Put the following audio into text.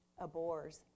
abhors